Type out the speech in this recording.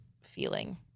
feeling